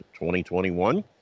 2021